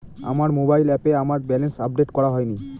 আমার মোবাইল অ্যাপে আমার ব্যালেন্স আপডেট করা হয়নি